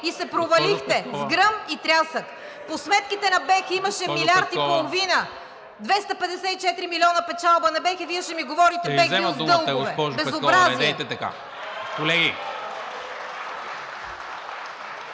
и се провалихте с гръм и трясък. По сметките на БЕХ имаше 1,5 милиарда, 254 милиона печалба на БЕХ и Вие ще ми говорите, че БЕХ бил с дългове?! Безобразие!